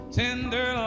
tender